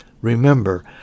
Remember